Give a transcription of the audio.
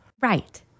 Right